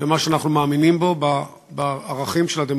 במה שאנחנו מאמינים בו, בערכים של הדמוקרטיה.